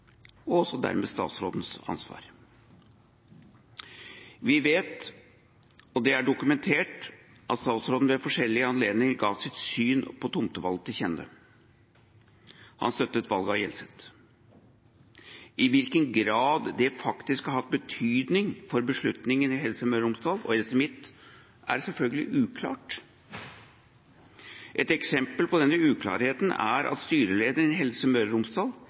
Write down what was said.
og dermed også statsrådens ansvar. Vi vet – og det er dokumentert – at statsråden ved forskjellige anledninger ga sitt syn på tomtevalg til kjenne. Han støttet valget av Hjelset. I hvilken grad det faktisk har hatt betydning for beslutningen i Helse Møre og Romsdal og Helse Midt, er selvfølgelig uklart. Et eksempel på denne uklarheten er at styrelederen i Helse Møre og Romsdal